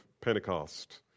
Pentecost